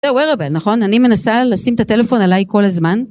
זהו, wearable נכון? אני מנסה לשים את הטלפון עליי כל הזמן.